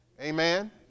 amen